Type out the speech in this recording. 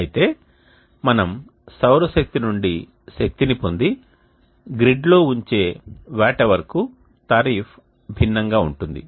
అయితే మనము సౌర శక్తి నుండి శక్తిని పొంది గ్రిడ్లో ఉంచే వాట్ అవర్కు టారిఫ్ భిన్నంగా ఉంటుంది